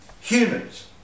Humans